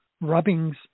rubbings